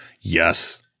Yes